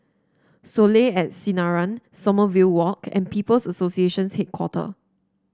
Soleil at Sinaran Somamerville Walk and People's Association Headquarter